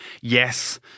Yes